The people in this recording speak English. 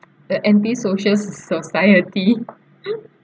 the anti-social s~ society